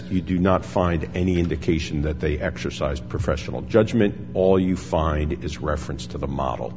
s you do not find any indication that they exercise professional judgment all you find is reference to the model